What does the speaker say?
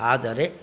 ಆದರೆ